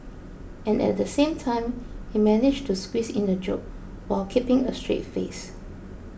and at the same time he managed to squeeze in a joke while keeping a straight face